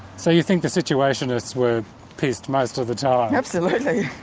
so you think the situationists were pissed most of the time? absolutely.